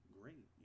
great